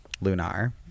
Lunar